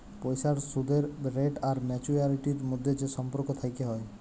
পইসার সুদের রেট আর ম্যাচুয়ারিটির ম্যধে যে সম্পর্ক থ্যাকে হ্যয়